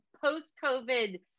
post-covid